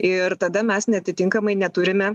ir tada mes neatitinkamai neturime